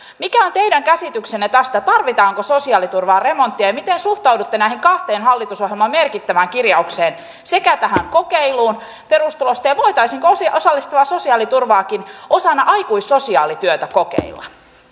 mikä on teidän käsityksenne tästä tarvitaanko sosiaaliturvaan remonttia miten suhtaudutte näihin kahteen hallitusohjelman merkittävään kirjaukseen sekä tähän kokeiluun perustulosta voitaisiinko osallistavaa sosiaaliturvaakin osana aikuissosiaalityötä kokeilla